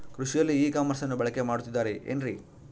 ಕೃಷಿಯಲ್ಲಿ ಇ ಕಾಮರ್ಸನ್ನ ಬಳಕೆ ಮಾಡುತ್ತಿದ್ದಾರೆ ಏನ್ರಿ?